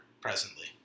presently